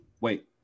Wait